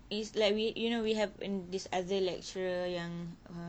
is like we you know we have in this other lecturer yang uh